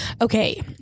Okay